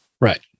Right